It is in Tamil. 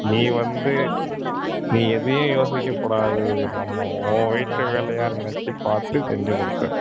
நீ வந்து நீ எதையும் யோசிக்கக்கூடாது இது நம்ம உன் வீட்டு வேலையாக நினச்சு பார்த்து செஞ்சிக் கொடுத்துரு